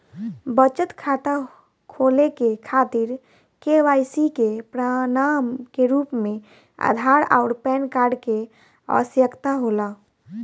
बचत खाता खोले के खातिर केवाइसी के प्रमाण के रूप में आधार आउर पैन कार्ड के आवश्यकता होला